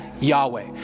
Yahweh